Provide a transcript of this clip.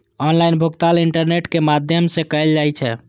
online भुगतान internet के माध्यम सं कैल जाइ छै